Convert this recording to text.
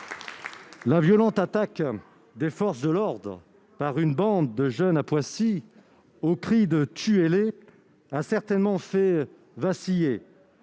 la violente attaque des forces de l'ordre par une bande de jeunes à Poissy, au cri de « Tuez-les !», a certainement fait vaciller